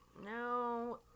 No